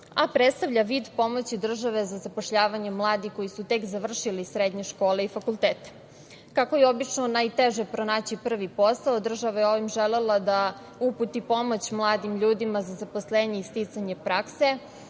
a predstavlja vid pomoći države za zapošljavanjem mladih koji su tek završili srednje škole i fakultete. Kako je obično najteže pronaći prvi posao, država je ovim želela da uputi pomoć mladim ljudima za zaposlenje i sticanje prakse.